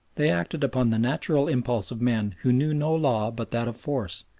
they acted upon the natural impulse of men who knew no law but that of force,